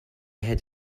had